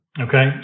okay